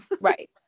Right